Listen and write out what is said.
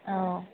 औ